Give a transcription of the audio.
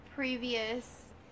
previous